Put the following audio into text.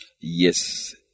Yes